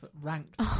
ranked